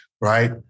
Right